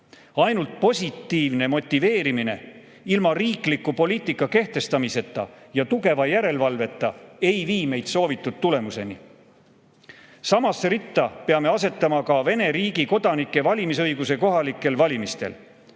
Ainult positiivne motiveerimine ilma riikliku poliitika kehtestamiseta ja tugeva järelevalveta ei vii meid soovitud tulemuseni. Samasse ritta peame asetama ka Vene riigi kodanike valimisõiguse kohalikel valimistel.